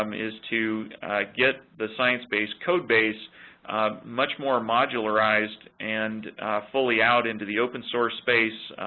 um is to get the sciencebase code base much more modularized and fully out into the open source space,